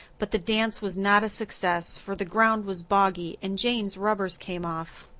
but the dance was not a success for the ground was boggy and jane's rubbers came off.